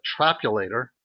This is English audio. trapulator